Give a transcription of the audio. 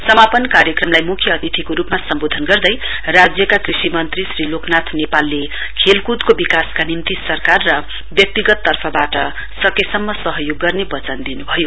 समापन कार्यक्रमलाई मुख्य अतिथिको रुपमा सम्बोधन गर्दै राज्यका कृषि मन्त्री श्री लोकनाथ नेपालले खेलकूदको विकाशका निम्ति सरकार र व्यक्तगत तर्फाबाट सकेसम्म सहयोग गर्ने वचन दिनु भयो